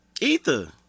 Ether